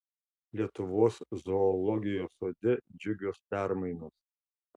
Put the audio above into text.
lietuvos zoologijos sode džiugios permainos